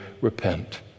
repent